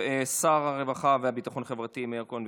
שר הרווחה והביטחון החברתי מאיר כהן,